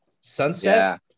sunset